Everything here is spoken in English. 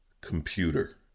computer